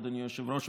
אדוני היושב-ראש,